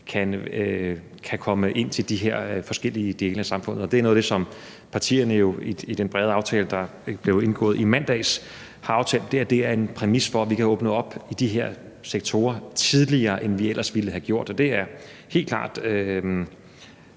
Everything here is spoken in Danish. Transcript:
kan komme ind til de her forskellige dele af samfundet. Det er noget af det, som partierne i den brede aftale, der blev indgået i mandags, har aftalt er en præmis for, at vi kan åbne op i de her sektorer tidligere, end vi ellers ville have gjort. Og det er helt klart